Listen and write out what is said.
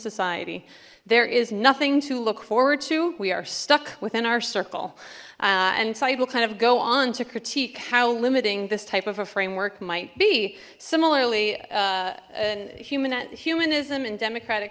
society there is nothing to look forward to we are stuck within our circle and side will kind of go on to critique how limiting this type of a framework might be similarly a human humanism and democratic